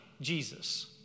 Jesus